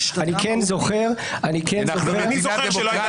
אני כן זוכר --- אני זוכר שלא הייתה